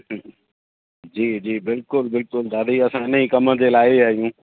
हम्म जी जी बिल्कुलु बिल्कुलु दादी असां इन ई कमु जे लाइ ई आहियूं